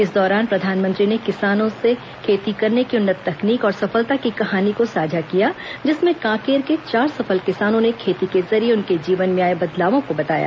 इस दौरान प्रधानमंत्री से किसानों ने खेती करने के उन्नत तकनीक और सफलता की कहानी को साझा किया जिसमें कांकेर के चार सफल किसानों ने खेती के जरिये उनके जीवन में आए बदलावों को बताया